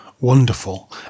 wonderful